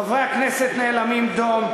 חברי הכנסת נאלמים דום?